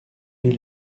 will